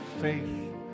faith